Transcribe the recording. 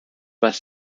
bus